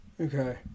Okay